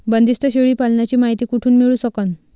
बंदीस्त शेळी पालनाची मायती कुठून मिळू सकन?